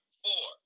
four